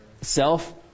Self